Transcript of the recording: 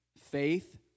faith